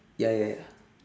ya ya ya